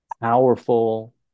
powerful